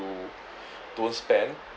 don't spend